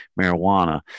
marijuana